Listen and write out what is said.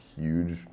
huge